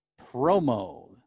promo